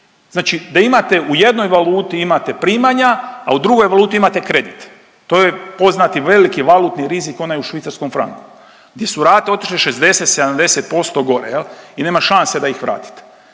znači da imate u jednoj valuti imate primanja, a u drugoj valuti imate kredit. To je poznati veliki valutni rizik onaj u švicarskom franku, gdje su rate otišle 60, 70% gore i nema šanse da ih vratite.